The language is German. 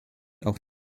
auch